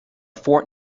fort